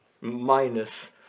Minus